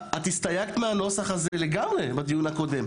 את הסתייגת מהנוסח הזה לגמרי בדיון הקודם.